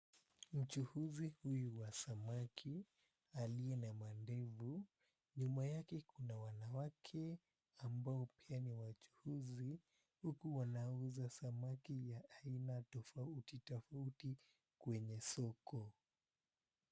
Mchuuzi huyu wa samaki aliye na mandevu, nyuma yake kuna wanawake ambao pia ni wachuuzi huku wanauza samaki ya aina tofauti tofauti kwenye soko.